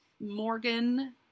Morgan